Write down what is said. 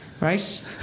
Right